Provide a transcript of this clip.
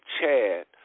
Chad